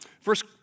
first